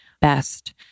best